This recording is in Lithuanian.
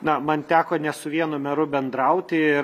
na man teko ne su vienu meru bendrauti ir